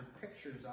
pictures